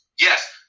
yes